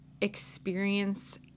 experience